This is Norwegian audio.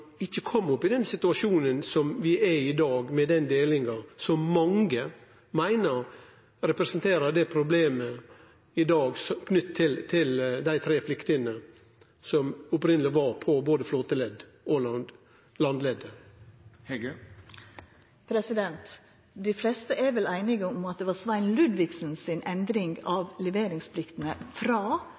ikkje kom i den situasjonen som vi er i i dag, med den delinga som mange meiner representerer det problemet som er knytt til dei tre pliktene som opphavleg var på både flåteleddet og landleddet? Dei fleste er vel einige om at det var tidlegare fiskeriminister Svein Ludvigsen si endring av leveringspliktene – frå